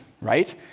right